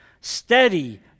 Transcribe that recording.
Steady